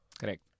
correct